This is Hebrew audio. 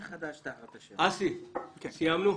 אסי, סיימנו?